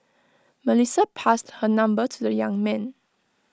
Melissa passed her number to the young man